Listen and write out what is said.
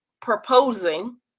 proposing